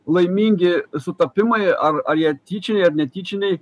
laimingi sutapimai ar ar jie tyčiai ar netyčiniai